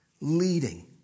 leading